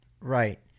Right